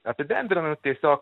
apibendrinant tiesiog